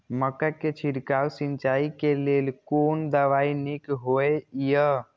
मक्का के छिड़काव सिंचाई के लेल कोन दवाई नीक होय इय?